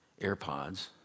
AirPods